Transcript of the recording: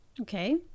Okay